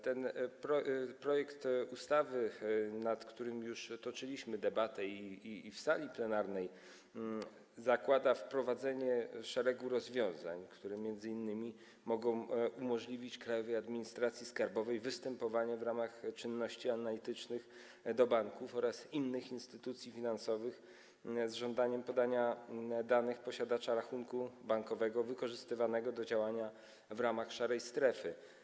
Ten projekt ustawy, nad którym już toczyliśmy debatę również w sali plenarnej, zakłada wprowadzenie szeregu rozwiązań, które m.in. mogą umożliwić Krajowej Administracji Skarbowej występowanie w ramach czynności analitycznych do banków oraz innych instytucji finansowych z żądaniem podania danych posiadacza rachunku bankowego wykorzystywanego do działania w obszarze szarej strefy.